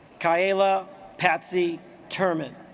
kyla patsy terman